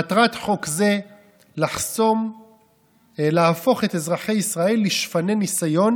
מטרת חוק זה להפוך את אזרחי ישראל לשפני ניסיון